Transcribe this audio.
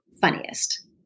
funniest